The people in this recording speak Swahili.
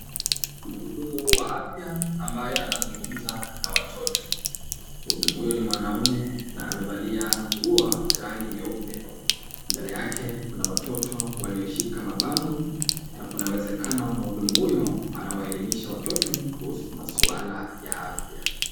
Mhudumu wa afya ambaye anazungumza na watoto. Mhudumu huyu ni mwanaume na amevalia nguo ya rangi nyeupe. Mbele yake kuna watoto walioshika mabango na kuna uwezekano mhudumu huyo anawaelimisha watoto kuhusu maswala ya afya.